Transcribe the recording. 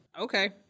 Okay